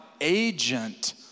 agent